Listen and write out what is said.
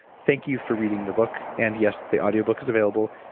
thank you for reading the book, and yes, the audiobook is available.